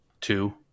Two